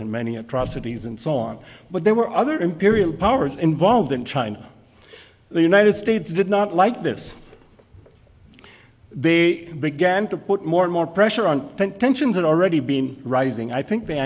and many atrocities and so on but there were other imperial powers involved in china the united states did not like this they began to put more and more pressure on tensions that already been rising i think the